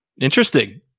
Interesting